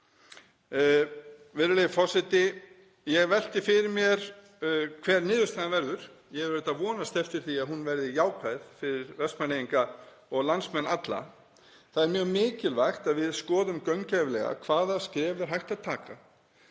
Virðulegi forseti. Ég velti fyrir mér hver niðurstaðan verður. Ég er auðvitað að vonast eftir því að hún verði jákvæð fyrir Vestmannaeyinga og landsmenn alla. Það er mjög mikilvægt að við skoðum gaumgæfilega hvaða skref er hægt að taka